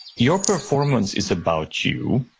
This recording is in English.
your performance is about you,